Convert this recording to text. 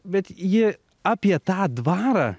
bet ji apie tą dvarą